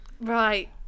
Right